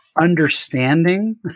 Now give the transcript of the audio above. understanding